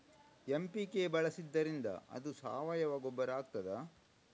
MPK ಬಳಸಿದ್ದರಿಂದ ಅದು ಸಾವಯವ ಗೊಬ್ಬರ ಆಗ್ತದ?